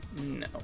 No